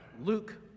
Luke